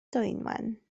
dwynwen